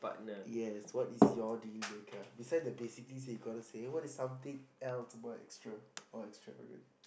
yes what is your denominator beside the basically say you gonna say what is the something more extra or extra with you